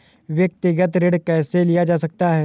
व्यक्तिगत ऋण कैसे लिया जा सकता है?